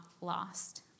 lost